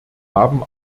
haben